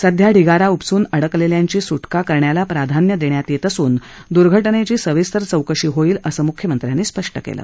सध्या ढिगारा उपसून अडकलेल्यांची स्टका करण्याला प्राधान्य देण्यात येत असून दूर्घटनेची सविस्तर चौकशी होईल असं म्ख्यमंत्र्यांनी स्पष्ट केलं